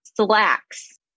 Slacks